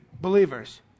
believers